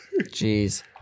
Jeez